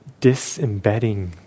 disembedding